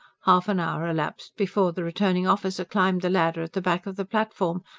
half an hour elapsed before the returning officer climbed the ladder at the back of the platform,